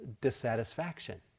dissatisfaction